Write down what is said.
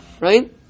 right